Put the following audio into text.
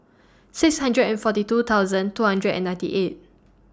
six hundred and forty two thousand two hundred and ninety eight